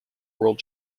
world